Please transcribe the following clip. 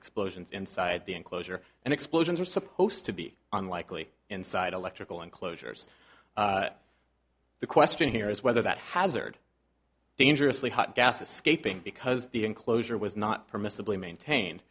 explosions inside the enclosure and explosions are supposed to be unlikely inside electrical enclosures the question here is whether that hazard dangerously hot gases scaping because the enclosure was not permissibly maintain